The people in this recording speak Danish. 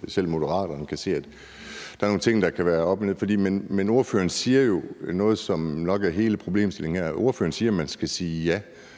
for selv Moderaterne kan se, at der er nogle ting, der kan være op og ned. Men ordføreren siger jo noget, som nok er hele problemstillingen her. Ordføreren siger, at man skal sige ja.